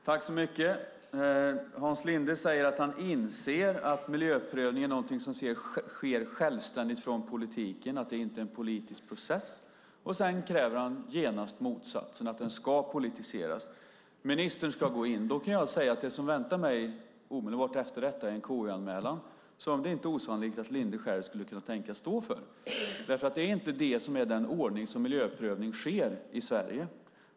Fru talman! Hans Linde säger att han inser att miljöprövning är något som sker självständigt från politiken och att det inte är någon politisk process. Sedan kräver han genast motsatsen: att den ska politiseras och ministern ska gå in. Då kan jag säga att det som väntar mig omedelbart efter detta är en KU-anmälan som det inte är osannolikt att Hans Linde själv skulle kunna tänkas stå för. Det är nämligen inte i den ordning som miljöprövning sker i Sverige.